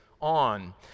on